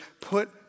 Put